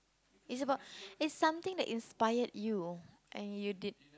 it's about it's something that inspired you and you did